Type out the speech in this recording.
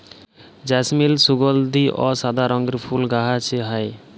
জেসমিল সুগলধি অ সাদা রঙের ফুল গাহাছে হয়